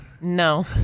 No